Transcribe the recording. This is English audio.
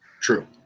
True